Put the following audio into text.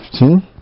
15